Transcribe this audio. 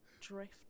drift